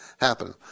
happen